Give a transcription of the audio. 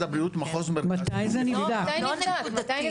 מתי נבדק?